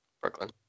Brooklyn